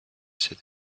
said